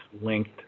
linked